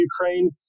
Ukraine